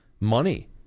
money